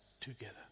together